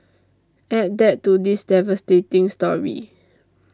add that to this devastating story